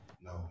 No